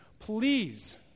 please